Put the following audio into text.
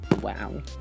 wow